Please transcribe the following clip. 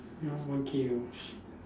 you know one K worth shit